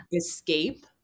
escape